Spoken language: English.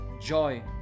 joy